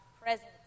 presence